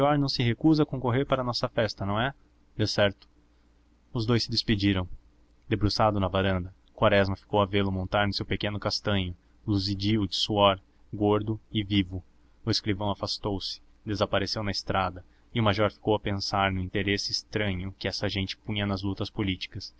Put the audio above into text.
não se recusa a concorrer para a nossa festa não é decerto os dous se despediram debruçado na varanda quaresma ficou a vê-lo montar no seu pequeno castanho luzidio de suor gordo e vivo o escrivão afastou-se desapareceu na estrada e o major ficou a pensar no interesse estranho que essa gente punha nas lutas políticas